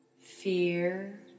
fear